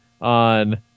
on